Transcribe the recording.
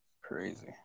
Crazy